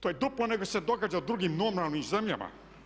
To je duplo nego se događa u drugim normalnim zemljama.